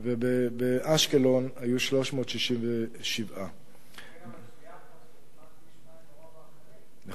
ובאשקלון היו 367. ביפו פי-שניים, נכון,